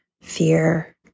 fear